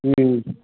ம்